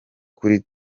kuri